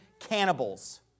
Cannibals